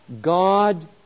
God